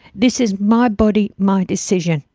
this is my body, my decision.